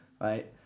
right